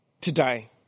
today